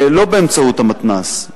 לא באמצעות המתנ"ס.